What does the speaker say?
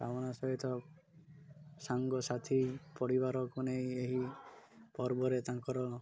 କାମନା ସହିତ ସାଙ୍ଗସାଥି ପରିବାରକୁ ନେଇ ଏହି ପର୍ବରେ ତାଙ୍କର